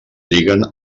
lliguen